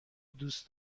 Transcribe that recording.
دوست